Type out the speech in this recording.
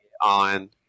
On